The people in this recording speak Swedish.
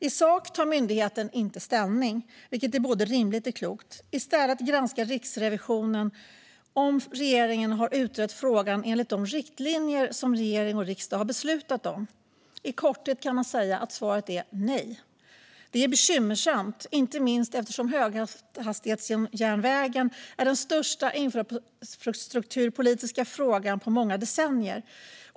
I sak tar myndigheten inte ställning, vilket är både rimligt och klokt. I stället granskar Riksrevisionen om regeringen har utrett frågan enligt de riktlinjer som regering och riksdag har beslutat om. I korthet är svaret nej. Det är bekymmersamt, inte minst eftersom höghastighetsjärnvägen är den största infrastrukturpolitiska frågan på många decennier.